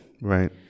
Right